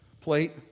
plate